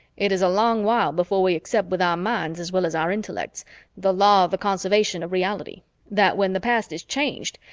it is a long while before we accept with our minds as well as our intellects the law of the conservation of reality that when the past is changed,